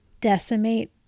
decimate